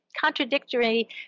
contradictory